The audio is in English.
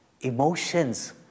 emotions